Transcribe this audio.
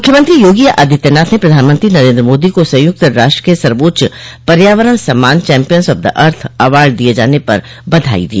मुख्यमंत्री योगी आदित्यनाथ ने प्रधानमंत्री नरेन्द्र मोदी को संयुक्त राष्ट्र के सर्वोच्च पर्यावरण सम्मान champion of the earth award दिये जाने पर बधाई दी